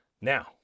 now